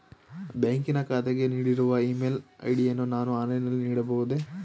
ಬ್ಯಾಂಕಿನ ಖಾತೆಗೆ ನೀಡಿರುವ ಇ ಮೇಲ್ ಐ.ಡಿ ಯನ್ನು ನಾನು ಆನ್ಲೈನ್ ನಲ್ಲಿ ನೀಡಬಹುದೇ?